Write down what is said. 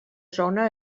zona